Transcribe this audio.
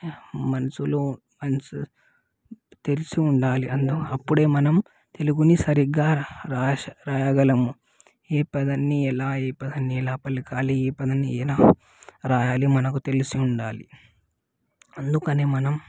మనసులో మనసు తెరుసు ఉండాలి అందు అప్పుడే మనం తెలుగుని సరిగా రాసె రాయగలము ఏ పదాన్ని ఎలా ఏ పదాన్ని ఎలా పలకాలి ఏ పదాన్ని ఎలా రాయాలి మనకు తెలిసి ఉండాలి అందుకని మనం